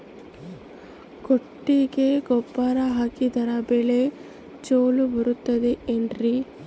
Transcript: ಕೊಟ್ಟಿಗೆ ಗೊಬ್ಬರ ಹಾಕಿದರೆ ಬೆಳೆ ಚೊಲೊ ಬರುತ್ತದೆ ಏನ್ರಿ?